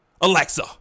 Alexa